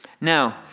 Now